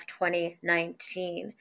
2019